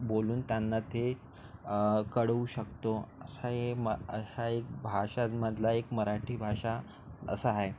बोलून त्यांना ते कळवू शकतो असं आहे म असा एक भाषांमधला एक मराठी भाषा असा हाय